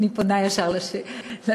אני פונה ישר לתשובה.